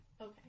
Okay